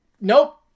Nope